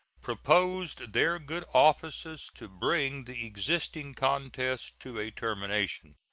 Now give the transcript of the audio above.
proposed their good offices to bring the existing contest to a termination.